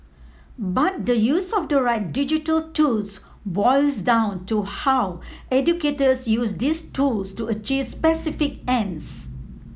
but the use of the right digital tools boils down to how educators use these tools to achieve specific ends